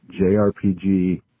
JRPG